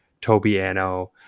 Tobiano